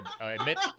admit